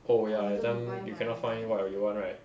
oh ya that time you cannot find what you want right